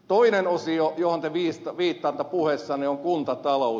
toinen osio johon te viittaatte puheessanne on kuntatalous